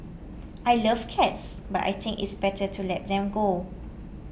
I love cats but I think it's better to let them go